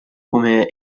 come